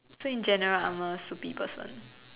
so in generally I'm a soupy person